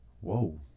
Whoa